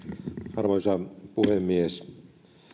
arvoisa puhemies